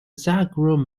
zagros